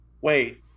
wait